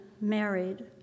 married